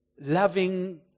loving